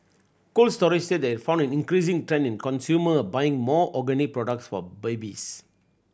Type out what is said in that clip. Cold Storage said it found an increasing trend in consumer buying more organic products for babies